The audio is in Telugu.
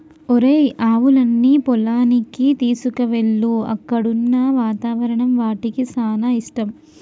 ఒరేయ్ ఆవులన్నీ పొలానికి తీసుకువెళ్ళు అక్కడున్న వాతావరణం వాటికి సానా ఇష్టం